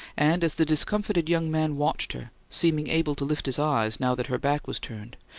and as the discomfited young man watched her, seeming able to lift his eyes, now that her back was turned,